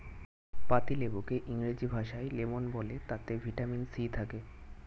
পাতিলেবুকে ইংরেজি ভাষায় লেমন বলে তাতে ভিটামিন সি থাকে